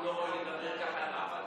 הם לא יכולים לדבר ככה עם אף אדם.